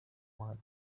man